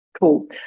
Cool